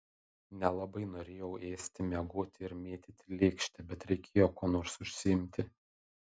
nelabai norėjau ėsti miegoti ir mėtyti lėkštę bet reikėjo kuo nors užsiimti